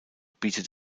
bietet